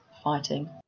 fighting